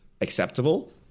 acceptable